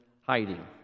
hiding